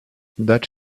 that